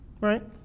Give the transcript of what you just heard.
right